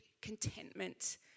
contentment